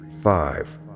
five